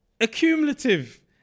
Accumulative